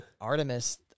Artemis